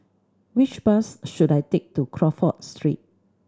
which bus should I take to Crawford Street